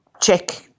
check